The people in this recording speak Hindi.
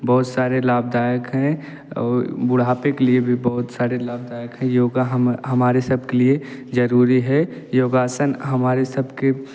बहुत सारे लाभदायक है और बुढ़ापे के लिए भी बहुत सारे लाभदायक है योग हम हमारे सब के लिए ज़रूरी है योगासन हमारे सब के